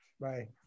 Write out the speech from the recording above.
Bye